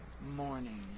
morning